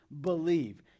believe